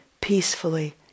peacefully